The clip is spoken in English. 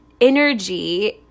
energy